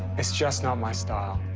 it's just not my style.